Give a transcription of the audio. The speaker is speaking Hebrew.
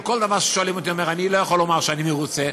על כל דבר ששואלים אותי אני לא יכול לומר שאני מרוצה.